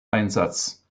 einsatz